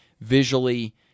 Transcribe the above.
visually